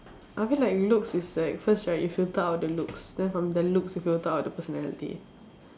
I feel like looks is like first right if you thought out the looks then from the looks you go thought out the personality